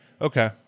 okay